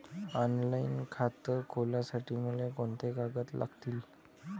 Online खातं खोलासाठी मले कोंते कागद लागतील?